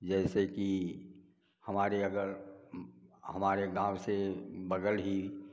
जैसे कि हमारे अगर हमारे गाँव से बग़ल ही